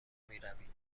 میروید